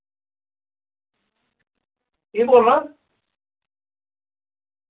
केह् बोलना